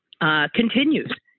continues